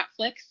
Netflix